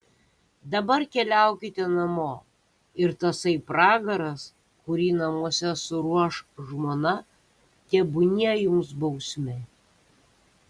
dabar keliaukite namo ir tasai pragaras kurį namuose suruoš žmona tebūnie jums bausmė